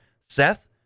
Seth